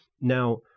Now